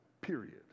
period